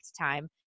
time